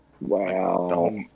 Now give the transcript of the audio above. Wow